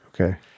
okay